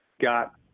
got